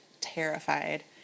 terrified